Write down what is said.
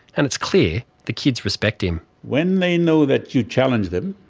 and it's clear the kids respect him. when they know that you challenge them,